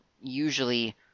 usually